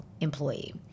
employee